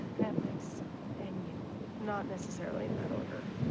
netflix and you. not necessarily in that order.